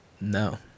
No